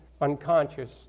unconscious